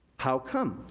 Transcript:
how come?